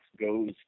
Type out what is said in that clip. goes